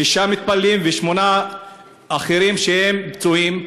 שישה מתפללים, ושמונה אחרים שהם פצועים.